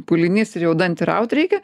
pūlinys ir jau dantį raut reikia